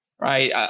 right